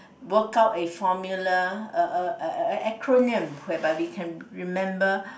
work a formula a a a a acronym whereby we can remember